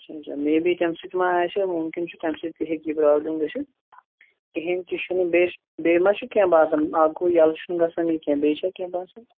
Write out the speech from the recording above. اچھا اچھا میے بی تَمہِ سٍتۍ ما آسہِ مُمکِن چھُ تَمہِ سٍتۍ تہِ ہیٚکہِ یہِ پرٛابلِم گژھِتھ کِہیٖنٛۍ تہِ چھُنہٕ بیٚیہِ بیٚیہِ ما چھُ کیٚنٛہہ باسان اکھ گوٚو یلہٕ چھُنہٕ گژھان یہِ کیٚنٛہہ بیٚیہِ چھا کیٚنٛہہ باسان